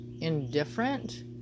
indifferent